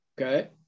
okay